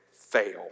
fail